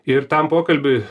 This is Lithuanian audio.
ir tam pokalbiui